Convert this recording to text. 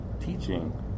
teaching